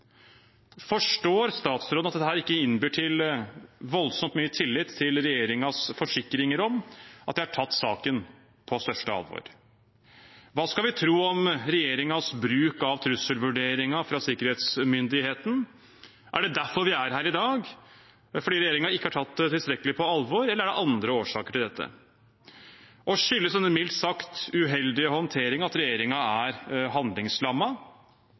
Forstår statsråden at dette ikke innbyr til voldsomt mye tillit til regjeringens forsikringer om at de har tatt saken på største alvor? Hva skal vi tro om regjeringens bruk av trusselvurderingen fra sikkerhetsmyndigheten? Er det derfor vi er her i dag, fordi regjeringen ikke har tatt det tilstrekkelig på alvor, eller er det andre årsaker til dette? Og skyldes en mildt sagt uheldig håndtering at regjeringen er